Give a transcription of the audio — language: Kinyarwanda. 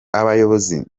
abayobozi